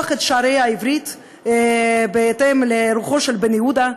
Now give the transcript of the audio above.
את שערי העברית בהתאם לרוחו של בן-יהודה,